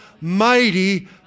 mighty